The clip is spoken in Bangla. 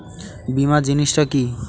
বীমা জিনিস টা কি?